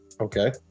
Okay